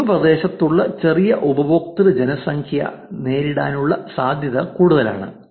സമീപ പ്രദേശത്തുള്ള ചെറിയ ഉപയോക്തൃ ജനസംഖ്യ നേരിടാനുള്ള സാധ്യത കൂടുതലാണ്